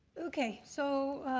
okay, so